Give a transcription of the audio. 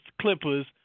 Clippers